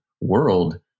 world